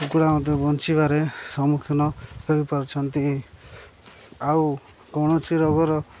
କୁକୁଡ଼ା ମଧ୍ୟ ବଞ୍ଚିବାରେ ସମ୍ମୁଖୀନ ହେଇପାରୁଛନ୍ତି ଆଉ କୌଣସି ରୋଗର